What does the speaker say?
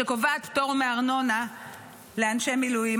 שקובעת פטור מארנונה לאנשי מילואים.